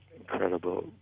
incredible